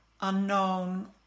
unknown